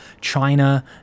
China